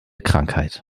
krankheit